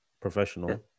professional